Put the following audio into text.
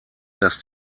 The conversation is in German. dass